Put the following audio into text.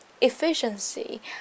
efficiency